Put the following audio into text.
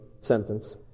sentence